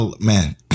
Man